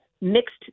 mixed